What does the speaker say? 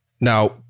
Now